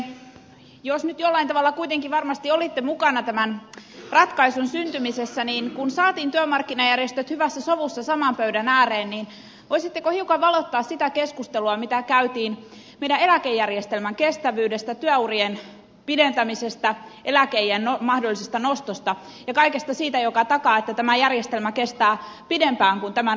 kun nyt jollain tavalla kuitenkin varmasti olitte mukana tämän ratkaisun syntymisessä niin kun saatiin työmarkkinajärjestöt hyvässä sovussa saman pöydän ääreen niin voisitteko hiukan valottaa sitä keskustelua mitä käytiin meidän eläkejärjestelmämme kestävyydestä työurien pidentämisestä eläkeiän mahdollisesta nostosta ja kaikesta siitä mikä takaa että tämä järjestelmä kestää pidempään kuin tämän raamisopimuskauden yli